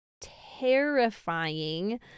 terrifying